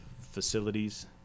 facilities